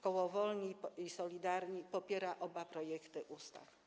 Koło Wolni i Solidarni popiera oba projekty ustaw.